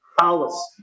hours